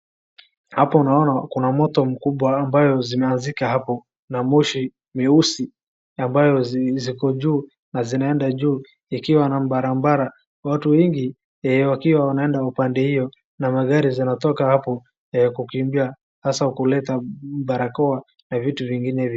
Hapa unaona kuna moto mkubwa ambao umezuka hapo na moshi mweusi ambao uko juu na unaenda juu ikiwa ni barabara, watu wengi wakiwa wanaenda upande huo na magari zinatoka hapo kukimbia hasa kuleta barakoa na vitu vingine.